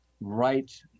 right